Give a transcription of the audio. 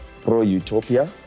pro-Utopia